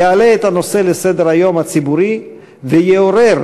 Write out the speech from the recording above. יעלה את הנושא לסדר-היום הציבורי ויעורר